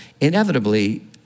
inevitably